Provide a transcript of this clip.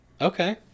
Okay